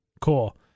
cool